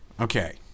Okay